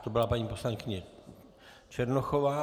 To byla paní poslankyně Černochová.